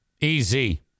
Easy